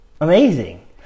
Amazing